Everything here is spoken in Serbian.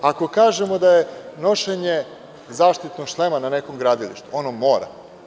Ako kažemo da je nošenje zaštitnog šlema na nekom gradilištu, ono mora.